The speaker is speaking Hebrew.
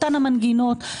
אותן המנגינות.